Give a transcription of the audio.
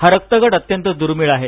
हा रक्तगट अत्यंत दुर्मिळ आहे